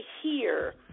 hear